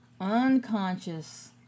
Unconscious